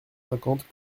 cinquante